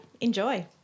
enjoy